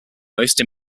most